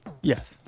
Yes